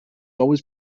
always